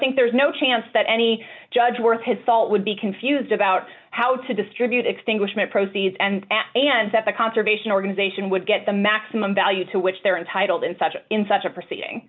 think there's no chance that any judge worth his salt would be confused about how to distribute extinguishment proceeds and that the conservation organization would get the maximum value to which they're entitled in such in such a proceeding